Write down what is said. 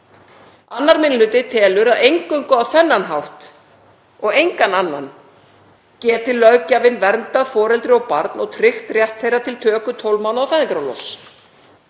2. minni hluti telur að eingöngu á þennan hátt og engan annan geti löggjafinn verndað foreldri og barn og tryggt rétt þeirra til töku 12 mánaða fæðingarorlofs.